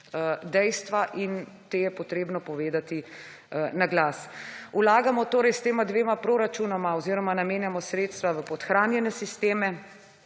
dejstva in ta je potrebno povedati na glas. Vlagamo torej s tema dvema proračunoma oziroma namenjamo sredstva v podhranjene sisteme,